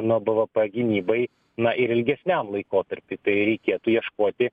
nuo bvp gynybai na ir ilgesniam laikotarpiui tai reikėtų ieškoti